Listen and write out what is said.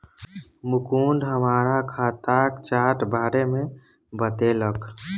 मुकुंद हमरा खाताक चार्ट बारे मे बतेलक